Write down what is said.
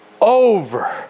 over